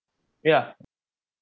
ya